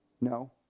No